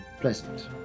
pleasant